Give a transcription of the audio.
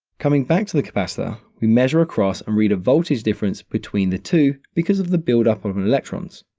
coming back to the capacitor, we measure across and read a voltage difference between the two because of the buildup of and electrons.